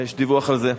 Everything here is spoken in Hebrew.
יש דיווח על זה.